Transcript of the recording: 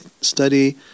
study